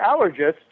allergists